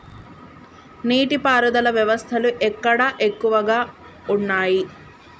నీటి పారుదల వ్యవస్థలు ఎక్కడ ఎక్కువగా ఉన్నాయి?